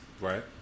Right